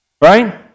right